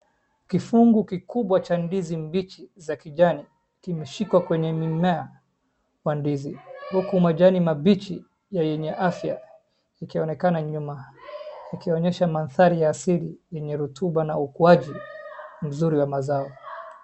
Kifungu kikubwa cha ndizi mbichi za kijani kimeshikwa kwenye mimea wa ndizi uku majani mabichi na yenye afya ikionekana nyuma, ikionyesha mandhari ya asili yenye rutuba na ukuaji mzuri wa mazao.